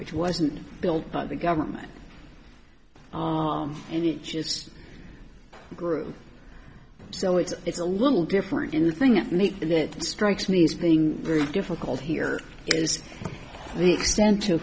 which wasn't built by the government and it just grew so it's a little different in the thing that makes it it strikes me as being very difficult here is the extent to